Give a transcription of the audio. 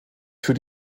für